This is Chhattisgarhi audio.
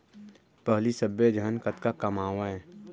पहिली सब्बे झन कतका कमावयँ